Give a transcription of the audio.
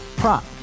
prop